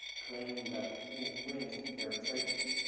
claiming you have infringed their trademark.